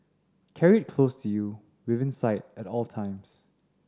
carry it close to you within sight at all times